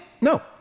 No